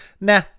Nah